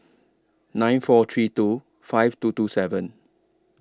nine four three two five two two seven